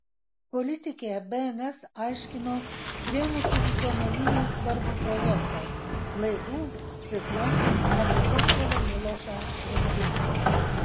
politikė bns aiškino rėmusi visuomeninei svarbų projektą laidų ciklo apie česlovą milošą rengimą